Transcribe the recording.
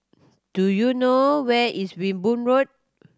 do you know where is Wimborne Road